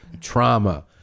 trauma